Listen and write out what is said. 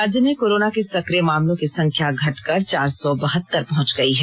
राज्य में कोरोना के सक्रिय मामलों की संख्या घटकर चार सौ बहतर पहुंच गई है